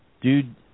Dude